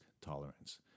tolerance